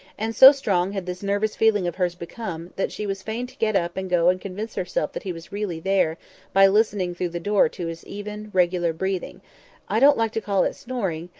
and so strong had this nervous feeling of hers become, that she was fain to get up and go and convince herself that he was really there by listening through the door to his even, regular breathing i don't like to call it snoring,